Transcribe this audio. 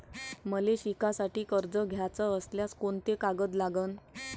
मले शिकासाठी कर्ज घ्याचं असल्यास कोंते कागद लागन?